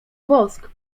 wosk